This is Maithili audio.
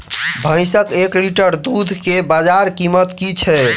भैंसक एक लीटर दुध केँ बजार कीमत की छै?